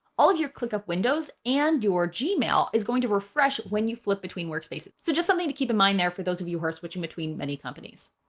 all of your clickup windows and your gmail is going to refresh when you flip between workspace, so just something to keep in mind there. for those of you who are switching between many companies,